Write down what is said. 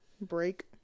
break